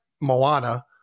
Moana